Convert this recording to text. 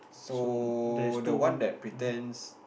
so the one that pretends